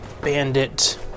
bandit